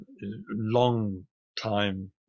long-time